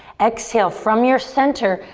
exhale, from your center,